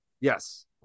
Yes